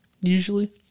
usually